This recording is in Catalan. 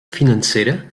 financera